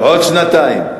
בעוד שנתיים.